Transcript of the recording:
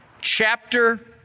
chapter